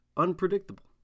unpredictable